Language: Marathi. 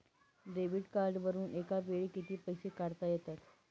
डेबिट कार्डवरुन एका वेळी किती पैसे काढता येतात?